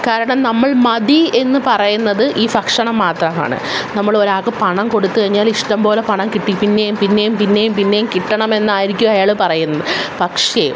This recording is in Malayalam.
കാരണം നമ്മൾ മതി എന്ന് പറയുന്നത് ഈ ഭക്ഷണം മാത്രമാണ് നമ്മളൊരാൾക്ക് പണം കൊടുത്തു കഴിഞ്ഞാൽ ഇഷ്ടം പോലെ പണം കിട്ടി പിന്നെയും പിന്നെയും പിന്നെയും പിന്നെയും കിട്ടണമെന്നായിരിക്കും അയാൾ പറയുന്നത് പക്ഷേ